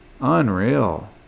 Unreal